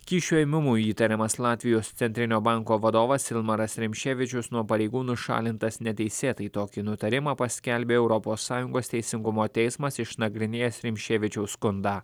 kyšių ėmimu įtariamas latvijos centrinio banko vadovas silmaras rimšėvičius nuo pareigų nušalintas neteisėtai tokį nutarimą paskelbė europos sąjungos teisingumo teismas išnagrinėjęs rimšėvičiaus skundą